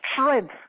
strength